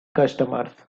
customers